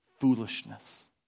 foolishness